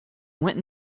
went